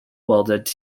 welded